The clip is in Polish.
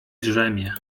drzemie